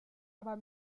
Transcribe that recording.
aber